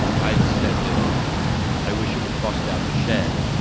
i said that i wish it was bust out of the shed,